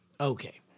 Okay